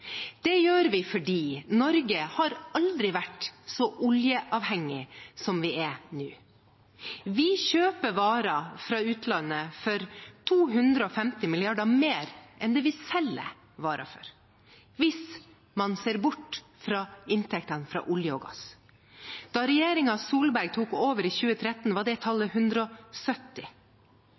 Det gjør vi fordi Norge aldri har vært så oljeavhengig som vi er nå. Vi kjøper varer fra utlandet for 250 mrd. kr mer enn det vi selger varer for – hvis man ser bort fra inntektene fra olje og gass. Da regjeringen Solberg tok over i 2013, var det tallet 170